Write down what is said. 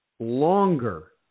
longer